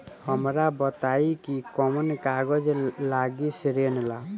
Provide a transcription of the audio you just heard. हमरा बताई कि कौन कागज लागी ऋण ला?